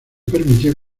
permitió